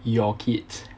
your kids